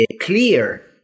clear